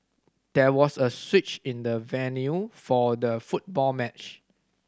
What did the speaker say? there was a switch in the venue for the football match